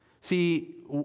See